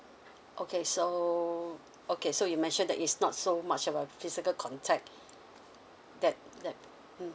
okay so okay so you mentioned that it's not so much of a physical contact that that mm